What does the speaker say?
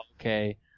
Okay